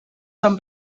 són